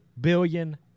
billion